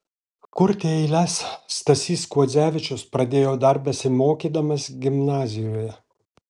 kurti eiles stasys kuodzevičius pradėjo dar besimokydamas gimnazijoje